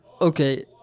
okay